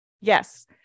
Yes